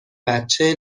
بچه